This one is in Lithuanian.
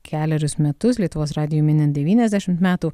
kelerius metus lietuvos radijui minint devyniasdešimt metų